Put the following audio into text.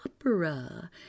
opera